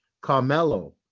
Carmelo